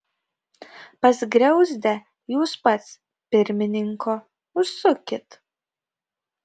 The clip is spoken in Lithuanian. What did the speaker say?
pas griauzdę jūs pats pirmininko užsukit